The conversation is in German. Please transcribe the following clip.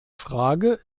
frage